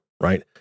right